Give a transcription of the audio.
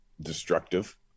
destructive